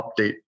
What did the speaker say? update